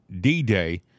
D-Day